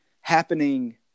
happening